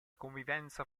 convivenza